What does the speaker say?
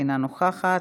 אינה נוכחת,